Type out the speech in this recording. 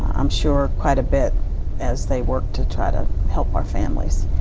i'm sure, quite a bit as they work to try to help our families.